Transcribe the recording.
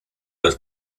dat